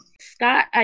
Scott